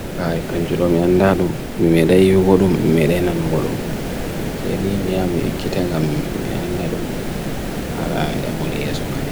kai kanjurum yanda dum, mimere yugolum, mimere nanugolum. Se ni, miya, mi'e kitagam, mi'e yanda dum, hara emo le yasoka di.